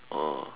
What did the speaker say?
oh